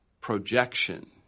projection